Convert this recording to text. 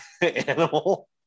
animal